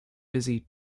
busy